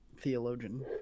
theologian